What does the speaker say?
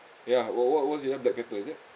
ya what what what's it ah black pepper is it